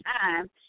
time